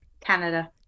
Canada